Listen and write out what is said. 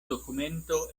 dokumento